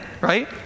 right